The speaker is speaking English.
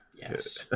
Yes